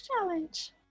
challenge